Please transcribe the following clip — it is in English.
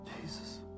Jesus